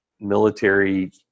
military